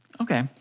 Okay